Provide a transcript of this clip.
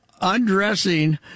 undressing